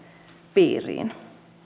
piiriin